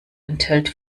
enthält